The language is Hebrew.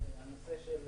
הנושא של